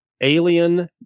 alien